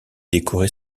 décorer